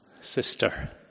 sister